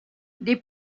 des